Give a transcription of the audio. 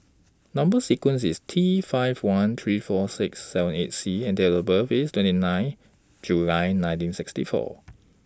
Number sequence IS T five one three four six seven eight C and Date of birth IS twenty nine July nineteen sixty four